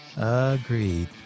agreed